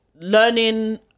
learning